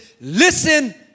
Listen